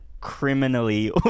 Criminally